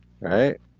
Right